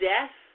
Death